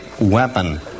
weapon